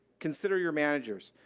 consider your managers.